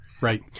Right